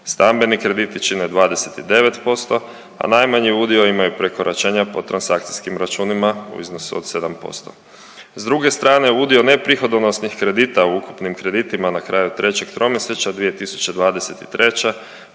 stambeni krediti čine 29%, a najmanji udio imaju prekoračenja po transakcijskim računima u iznosu od 7%. S druge strane udio neprihodonosnih kredita u ukupnim kreditima na kraju trećeg tromjesečja 2023.